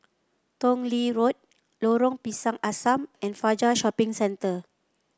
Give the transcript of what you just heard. Tong Lee Road Lorong Pisang Asam and Fajar Shopping Center